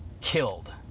killed